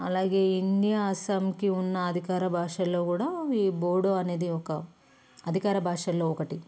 అలాగే ఎన్ని అస్సామ్కి ఉన్న అధికార భాషలో కూడా ఈ బోడో అనేది ఒక అధికార భాషల్లో ఒకటి